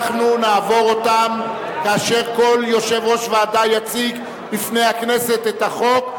אנחנו נעבור אותם כאשר כל יושב-ראש ועדה יציג בפני הכנסת את החוק,